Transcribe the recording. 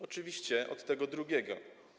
Oczywiście od tego drugiego.